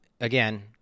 again